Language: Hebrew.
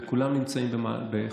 וכולם נמצאים בחקירה.